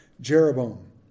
Jeroboam